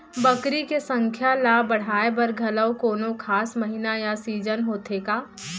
बकरी के संख्या ला बढ़ाए बर घलव कोनो खास महीना या सीजन होथे का?